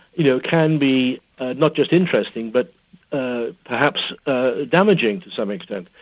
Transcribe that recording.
you know, can be not just interesting but ah perhaps ah damaging to some extent.